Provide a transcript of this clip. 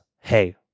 hey